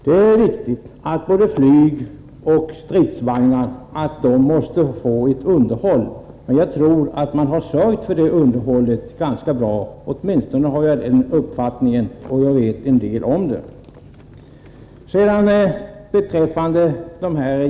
Det är riktigt att både flyg och stridsvagnar måste underhållas, och jag tror att man har sörjt för det underhållet ganska bra. Åtminstone har jag den uppfattningen, och jag vet också en del om saken.